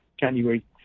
january